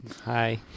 Hi